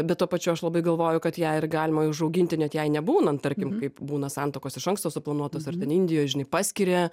bet tuo pačiu aš labai galvoju kad ją ir galima užauginti net jai nebūnant tarkim kaip būna santuokos iš anksto suplanuotos ar ten indijoj žinai paskiria